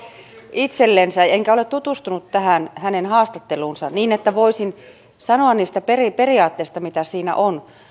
itsellensä enkä ole tutustunut tähän hänen haastatteluunsa niin että voisin sanoa niistä periaatteista mitä siinä on